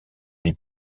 des